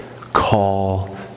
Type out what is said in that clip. Call